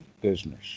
business